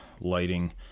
lighting